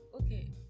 Okay